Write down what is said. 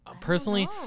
Personally